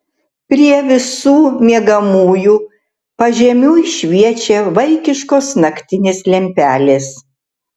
prie visų miegamųjų pažemiui šviečia vaikiškos naktinės lempelės